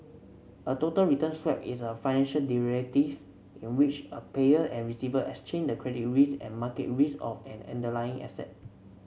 a total return swap is a financial derivative in which a payer and receiver exchange the credit risk and market risk of an underlying asset